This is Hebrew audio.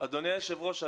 היושב-ראש,